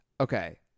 Okay